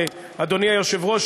אדוני היושב-ראש,